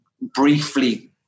briefly